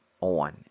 on